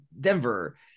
Denver